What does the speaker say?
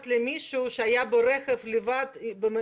סיפרו לי ששוטר נתן קנס למישהו שישב בלי מסכה לבד ברכב.